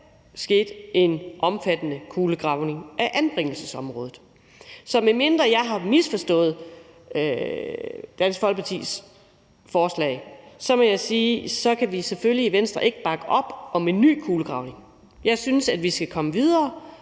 skete en omfattende kulegravning af anbringelsesområdet. Så medmindre jeg har misforstået Dansk Folkepartis forslag, må jeg sige, at vi i Venstre selvfølgelig ikke kan bakke op om en ny kulegravning. Jeg synes, at vi skal komme videre